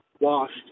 Washed